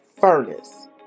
furnace